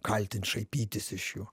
kaltint šaipytis iš jų